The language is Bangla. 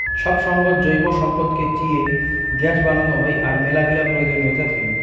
সব সঙ্গত জৈব সম্পদকে চিয়ে গ্যাস বানানো হই, তার মেলাগিলা প্রয়োজনীয়তা থুই